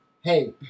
Hey